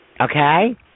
Okay